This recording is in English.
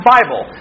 Bible